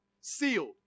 Sealed